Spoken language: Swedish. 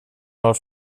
har